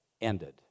ended